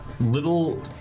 little